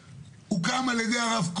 שהם מחזיקים תעודת הכשר מטעם הרבנות